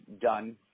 done